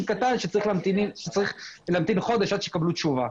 קטן שצריך להמתין חודש עד שיקבלו תשובה.